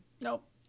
Nope